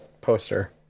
poster